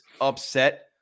upset